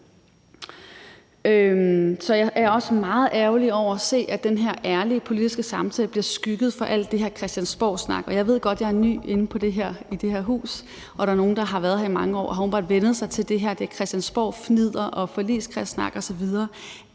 Så er jeg også meget ærgerlig over at se, at den her ærlige politiske samtale bliver overskygget af al den her christiansborgsnak. Jeg ved godt, at jeg er ny i det her hus, og at der er nogle, der har været her i mange år og åbenbart har vænnet sig til det her christiansborgfnidder, forligskredssnak osv.,